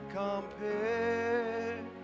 compare